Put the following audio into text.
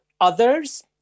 others